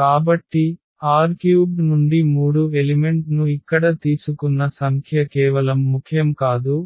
కాబట్టి R³ నుండి మూడు ఎలిమెంట్ ను ఇక్కడ తీసుకున్న సంఖ్య కేవలం ముఖ్యం కాదు